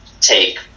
take